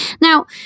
Now